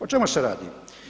O čemu se radi?